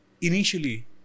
Initially